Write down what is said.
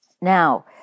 Now